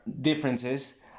differences